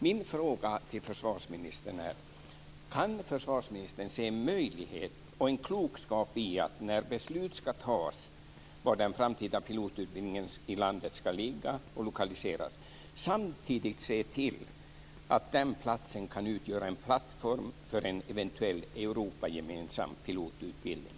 Min fråga till försvarsministern är: Kan försvarsministern se en möjlighet och en klokskap i att när beslut ska fattas om var den framtida pilotutbildningen i landet ska lokaliseras samtidigt se till att den platsen kan utgöra en plattform för en eventuell europagemensam pilotutbildning?